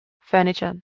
furniture